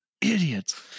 Idiots